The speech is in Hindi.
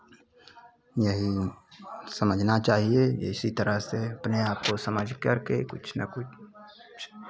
यही समझना चाहिए इसी तरह से आपको समझ करके कुछ ना कुछ